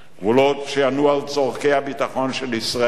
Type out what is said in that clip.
גבולות שיענו על צורכי הביטחון של ישראל